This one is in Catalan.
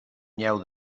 nyeu